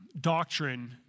doctrine